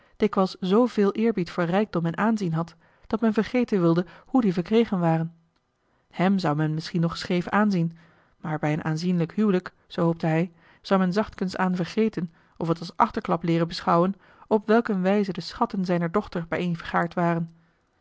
dikwijls z veel eerbied voor rijkdom en aanzien had dat men vergeten wilde hoe die verkregen waren hèm zou men misschien nog scheef aanzien maar bij een aanzienlijk huwelijk zoo hoopte hij zou men zachtkensaan vergeten of het als achterklap leeren beschouwen op welk een wijze de schatten zijner dochter bijeen vergaard waren